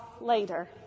later